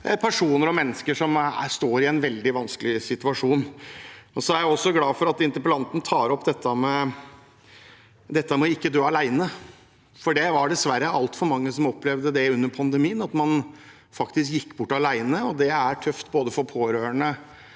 hjelpe personer og mennesker som står i en veldig vanskelig situasjon. Jeg er også glad for at interpellanten tar opp dette med ikke å måtte dø alene. Det var dessverre altfor mange som opplevde det under pandemien, man gikk bort alene, og det er tøft både for de pårørende